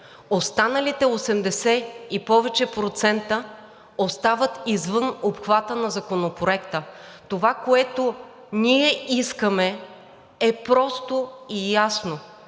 Останалите 80 и повече процента остават извън обхвата на Законопроекта. Това, което ние искаме, е просто и ясно: